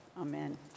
Amen